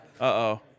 Uh-oh